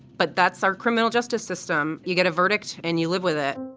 but that's our criminal justice system. you get a verdict and you live with it